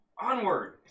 Onward